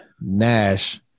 Nash